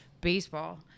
Baseball